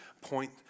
point